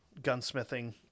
gunsmithing